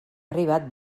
arribat